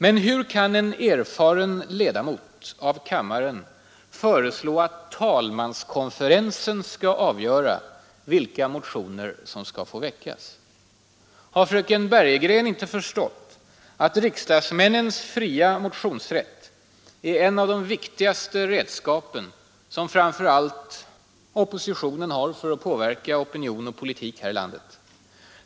Men hur kan en erfaren ledamot av kammaren föreslå att talmanskonferensen skall avgöra vilka motioner som skall få vä Har fröken Bergegren inte förstått att riksdagsmännens fria motionsrätt är ett av de viktigaste redskap som framför allt oppositionen har för att påverka opinion och politik här i landet?